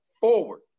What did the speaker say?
forward